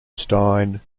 stein